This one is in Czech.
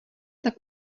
tak